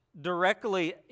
directly